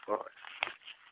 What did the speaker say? ꯍꯣꯏ ꯍꯣꯏ